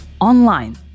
Online